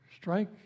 Strike